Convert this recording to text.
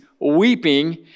weeping